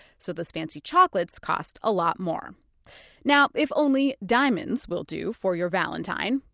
so, those fancy chocolates cost a lot more now, if only diamonds will do for your valentine,